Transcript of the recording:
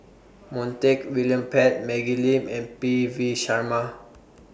Montague William Pett Maggie Lim and P V Sharma